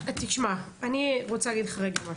הפנים): אני רוצה להגיד לך משהו.